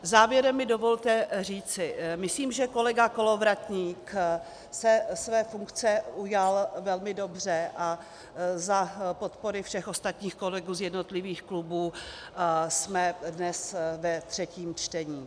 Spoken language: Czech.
Závěrem mi dovolte říci: Myslím, že kolega Kolovratník se své funkce ujal velmi dobře, a za podpory všech ostatních kolegů z jednotlivých klubů jsme dnes ve třetím čtení.